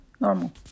normal